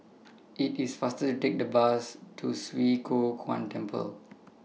IT IS faster to Take The Bus to Swee Kow Kuan Temple